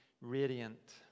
radiant